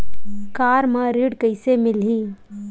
Car म ऋण कइसे मिलही?